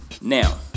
Now